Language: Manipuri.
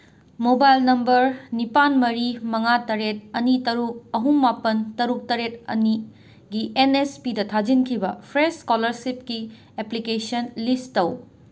ꯃꯣꯕꯥꯏꯜ ꯅꯝꯕꯔ ꯅꯤꯄꯥꯟ ꯃꯔꯤ ꯃꯉꯥ ꯇꯔꯦꯠ ꯑꯅꯤ ꯇꯔꯨꯛ ꯑꯍꯨꯝ ꯃꯥꯄꯟ ꯇꯔꯨꯛ ꯇꯔꯦꯠ ꯑꯅꯤꯒꯤ ꯑꯦꯟ ꯑꯦꯁ ꯄꯤꯗ ꯊꯥꯖꯤꯟꯈꯤꯕ ꯐ꯭ꯔꯦꯁ ꯏꯁꯀꯣꯂꯔꯁꯤꯞꯀꯤ ꯑꯦꯄ꯭ꯂꯤꯀꯦꯁꯟ ꯂꯤꯁ ꯇꯧ